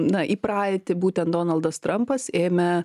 na į praeitį būtent donaldas trampas ėmė